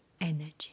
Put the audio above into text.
energy